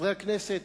חברי הכנסת,